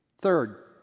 Third